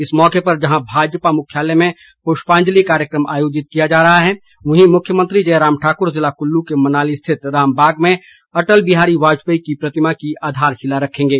इस मौके पर जहां भाजपा मुख्यालय में पुष्पाजंलि कार्यक्रम आयोजित किया जा रहा है वहीं मुख्यमंत्री जयराम ठाकुर जिला कुल्लू के मनाली स्थित राम बाग में अटल बिहारी वाजपेयी की प्रतिमा की आधारशिला रखेंगे